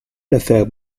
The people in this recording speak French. l’affaire